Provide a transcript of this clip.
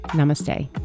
Namaste